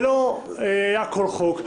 לא דובר על כל הצעת חוק.